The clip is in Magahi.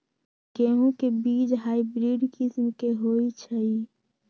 गेंहू के बीज हाइब्रिड किस्म के होई छई?